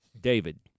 David